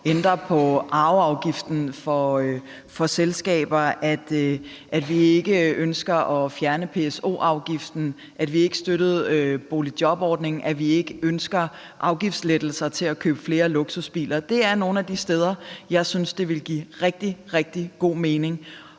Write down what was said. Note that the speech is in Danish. ændre arveafgiften for selskaber, at vi ikke ønsker at fjerne PSO-afgiften, at vi ikke støttede boligjobordningen, at vi ikke ønsker afgiftslettelser til at købe flere luksusbiler for. Det er nogle af de steder, jeg synes det ville give rigtig, rigtig god mening